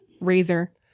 Razor